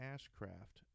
Ashcraft